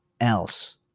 else